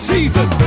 Jesus